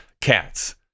Cats